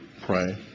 pray